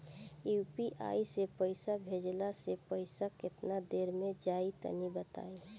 UPI से पईसा भेजलाऽ से पईसा केतना देर मे जाई तनि बताई?